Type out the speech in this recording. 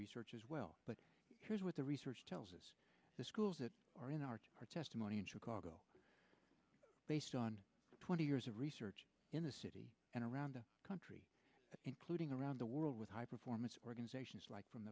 research as well but here's what the research tells us the schools that are in our testimony in chicago based on twenty years of research in the city and around the country including around the world with high performance organizations like from